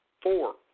Four